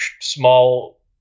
small